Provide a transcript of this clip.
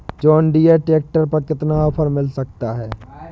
John Deere tractor पर कितना offer मिल सकता है?